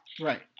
Right